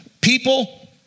people